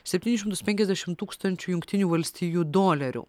septynis šimtus penkiasdešim tūkstančių jungtinių valstijų dolerių